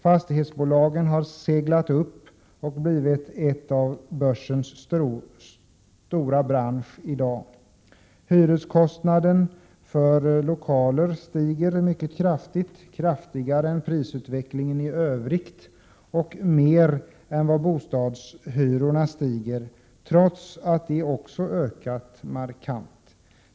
Fastighetsbolagen har seglat upp och blivit en av börsens stora branscher. Hyreskostnaden för lokaler stiger mycket kraftigt, kraftigare än prisutvecklingen i övrigt och mer än vad bostadshyrorna stiger, trots att också dessa ökat markant.